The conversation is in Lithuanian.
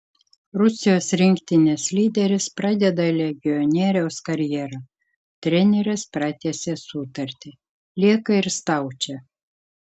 rusijos rinktinės lyderis pradeda legionieriaus karjerą treneris pratęsė sutartį lieka ir staučė